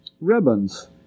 ribbons